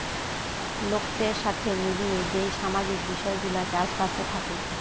লোকদের সাথে মিলিয়ে যেই সামাজিক বিষয় গুলা চাষ বাসে থাকে